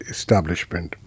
Establishment